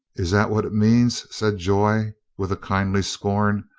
is that what it means? said joy with a kindly scorn,